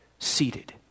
seated